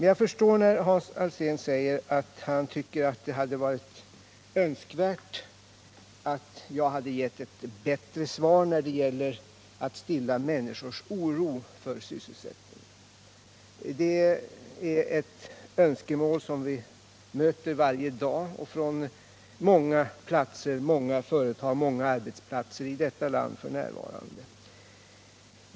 Jag förstår emellertid Hans Alsén när han säger att han tycker att det hade varit önskvärt att jag givit honom ett bättre svar när det gäller att stilla människors oro för sysselsättningen. Det är ett önskemål som vi f.n. möter varje dag från många platser och från många företag och arbetsplatser i detta land.